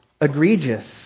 egregious